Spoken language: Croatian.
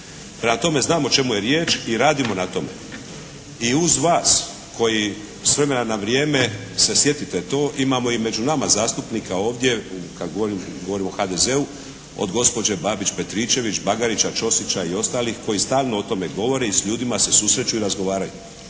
tome, znam o čemu je riječ i radimo na tome. I uz vas koji s vremena na vrijeme se sjetite to imamo i među nama zastupnika ovdje, kad govorim govorim o HDZ-u, od gospođe Babić-Petričević, Bagarića, Ćosića i ostalih koji stalno o tome govore i s ljudima se susreću i razgovaraju.